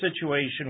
situation